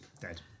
Dead